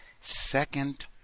second